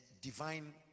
divine